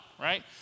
right